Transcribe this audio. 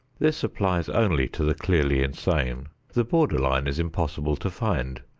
this applies only to the clearly insane. the border-line is impossible to find,